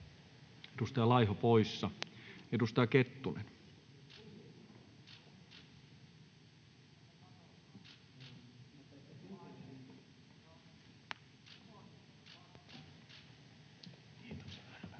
Edustaja Laiho poissa. — Edustaja Kettunen. [Speech